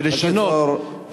ולשנות,